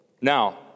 Now